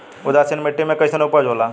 उदासीन मिट्टी में कईसन उपज होला?